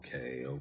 Okay